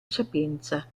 sapienza